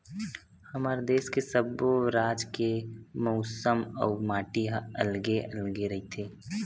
हमर देस के सब्बो राज के मउसम अउ माटी ह अलगे अलगे रहिथे